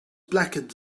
blackened